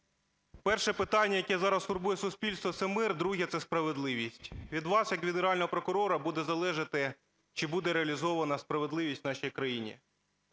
перше питання, яке зараз турбує суспільство, – це мир, друге – це справедливість. Від вас як від Генерального прокурора буде залежати, чи буде реалізована справедливість в нашій країні.